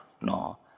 no